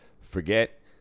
forget